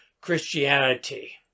Christianity